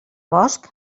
bosc